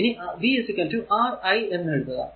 ഇനി v Ri എന്ന് എഴുതാം